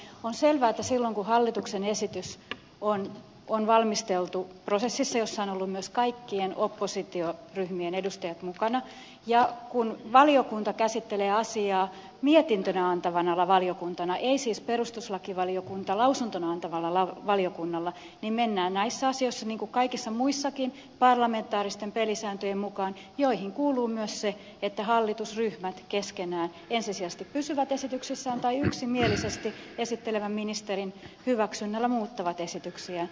on selvää että silloin kun hallituksen esitys on valmisteltu prosessissa jossa ovat olleet myös kaikkien oppositioryhmien edustajat mukana ja kun perustuslakivaliokunta käsittelee asiaa mietinnön antavana valiokuntana ei siis lausunnon antavana valiokuntana niin mennään näissä asioissa niin kuin kaikissa muissakin parlamentaaristen pelisääntöjen mukaan joihin kuuluu myös se että hallitusryhmät keskenään ensisijaisesti pysyvät esityksissään tai yksimielisesti esittelevän ministerin hyväksynnällä muuttavat esityksiään